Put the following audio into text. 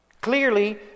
Clearly